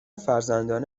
فرزندان